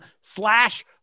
slash